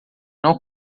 não